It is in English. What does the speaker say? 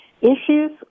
issues